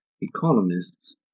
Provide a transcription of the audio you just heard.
economists